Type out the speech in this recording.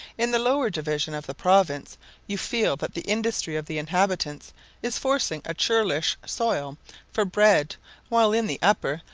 in the lower division of the province you feel that the industry of the inhabitants is forcing a churlish soil for bread while in the upper,